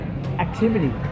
Activity